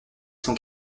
son